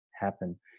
happen